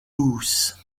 ouse